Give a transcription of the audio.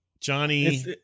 Johnny